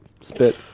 spit